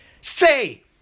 say